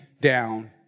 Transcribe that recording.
down